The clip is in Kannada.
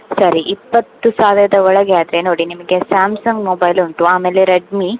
ಸರಿ ಇಪ್ಪತ್ತು ಸಾವಿರದ ಒಳಗೆ ಆದರೆ ನೋಡಿ ನಿಮಗೆ ಸ್ಯಾಮ್ಸಂಗ್ ಮೊಬೈಲ್ ಉಂಟು ಆಮೇಲೆ ರೆಡ್ಮಿ